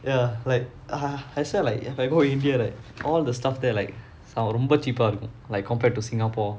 ya like ah I swear right like if I go india right all the stuff like ரொம்ப:romba cheap eh இருக்கும்:irukkum like compared to singapore